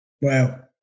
wow